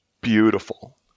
beautiful